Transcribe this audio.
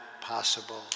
possible